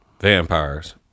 Vampires